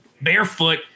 barefoot